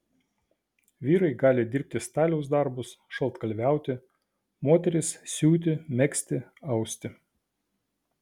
vyrai gali dirbti staliaus darbus šaltkalviauti moterys siūti megzti austi